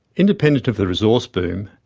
independent of the resource boom,